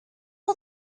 all